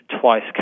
twice